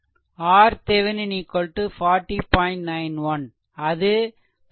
91 அது 40